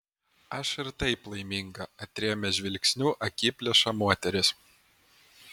aš ir taip laiminga atrėmė žvilgsniu akiplėšą moteris